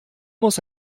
muss